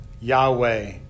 Yahweh